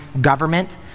government